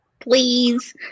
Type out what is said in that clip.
please